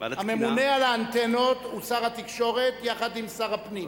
הממונה על האנטנות הוא שר התקשורת יחד עם שר הפנים.